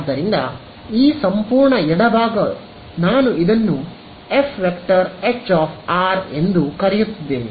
ಆದ್ದರಿಂದ ಈ ಸಂಪೂರ್ಣ ಎಡಗೈ ಭಾಗ ನಾನು ಇದನ್ನು ಈ ⃗F H r ಎಂದು ಕರೆಯುತ್ತಿದ್ದೇನೆ